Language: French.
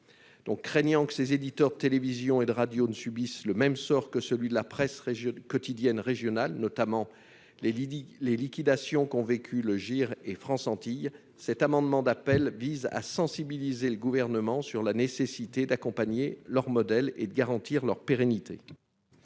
dont craignant que ces éditeurs de télévision et de radio ne subisse le même sort que celui de la presse régionale quotidienne régionale, notamment les Didi les liquidations qu'ont vécu le GIR et France Antilles cet amendement d'appel vise à sensibiliser le gouvernement sur la nécessité d'accompagner leur modèle et de garantir leur pérennité.